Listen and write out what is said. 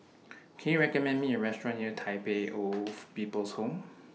Can YOU recommend Me A Restaurant near Tai Pei oath People's Home